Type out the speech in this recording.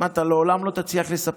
אתה לעולם לא תצליח לספק,